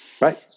Right